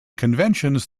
conventions